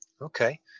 Okay